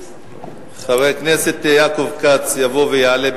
חבר הכנסת יעקב כץ יבוא ויעלה.